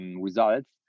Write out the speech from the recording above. results